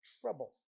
trouble